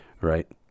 Right